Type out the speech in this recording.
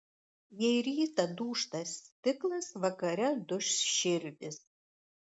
jei rytą dūžta stiklas vakare duš širdys